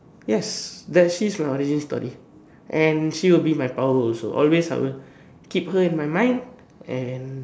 yes that she is my origin story and she will be in my power also always have her keep her in my mind and